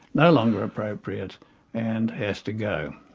no longer appropriate and has to go.